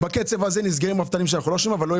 בקצב הזה ייסגרו עוד רפתות ואז לא יהיה